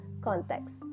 context